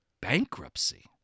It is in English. bankruptcy